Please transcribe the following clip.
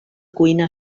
cuina